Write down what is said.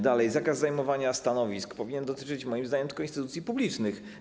Dalej - zakaz zajmowania stanowisk powinien dotyczyć moim zdaniem tylko instytucji publicznych.